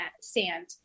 sand